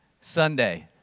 Sunday